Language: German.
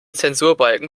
zensurbalken